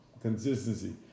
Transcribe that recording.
Consistency